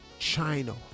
China